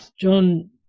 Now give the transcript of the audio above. John